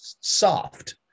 soft